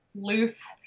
loose